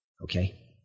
Okay